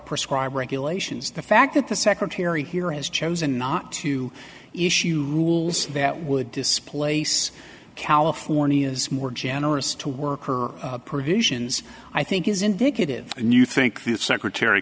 prescribe regulations the fact that the secretary here has chosen not to issue rules that would displace california's more generous to worker provisions i think is indicative and you think that secretary